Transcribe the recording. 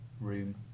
room